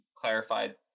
clarified